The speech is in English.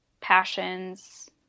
passions –